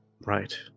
Right